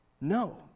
No